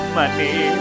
money